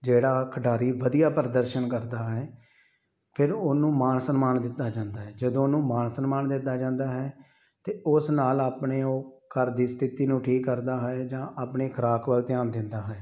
ਜਿਹੜਾ ਖਿਡਾਰੀ ਵਧੀਆ ਪ੍ਰਦਰਸ਼ਨ ਕਰਦਾ ਹੈ ਫਿਰ ਉਹਨੂੰ ਮਾਣ ਸਨਮਾਨ ਦਿੱਤਾ ਜਾਂਦਾ ਹੈ ਜਦੋਂ ਉਹਨੂੰ ਮਾਨ ਸਨਮਾਨ ਦਿੱਤਾ ਜਾਂਦਾ ਹੈ ਤਾਂ ਉਸ ਨਾਲ ਆਪਣੇ ਉਹ ਘਰ ਦੀ ਸਥਿਤੀ ਨੂੰ ਠੀਕ ਕਰਦਾ ਹੈ ਜਾਂ ਆਪਣੀ ਖੁਰਾਕ ਵੱਲ ਧਿਆਨ ਦਿੰਦਾ ਹੈ